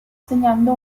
segnando